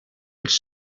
els